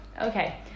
Okay